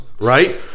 right